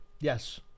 Yes